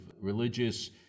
religious